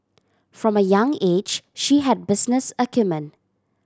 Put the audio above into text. from a young age she had business acumen